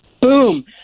boom